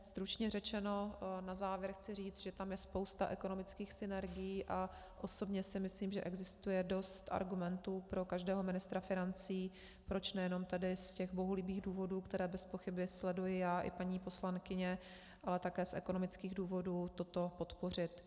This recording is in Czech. Stručně řečeno na závěr chci říct, že tam je spousta ekonomických synergií, a osobně si myslím, že existuje dost argumentů pro každého ministra financí, proč nejenom tady z těch bohulibých důvodů, které bezpochyby sleduji já i paní poslankyně, ale také z ekonomických důvodů toto podpořit.